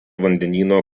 vandenyno